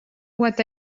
what